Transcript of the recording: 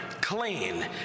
clean